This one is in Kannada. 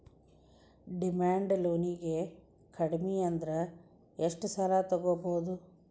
ಡಿಮಾಂಡ್ ಲೊನಿಗೆ ಕಡ್ಮಿಅಂದ್ರ ಎಷ್ಟ್ ಸಾಲಾ ತಗೊಬೊದು?